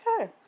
Okay